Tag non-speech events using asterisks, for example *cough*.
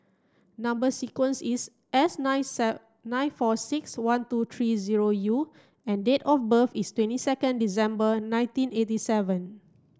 number sequence is S nine *unintelligible* nine four six one two three zero U and date of birth is twenty second December nineteen eighty seven